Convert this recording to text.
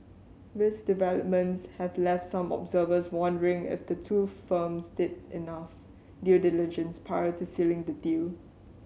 these developments have left some observers wondering if the two firms did enough due diligence prior to sealing the deal